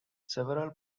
several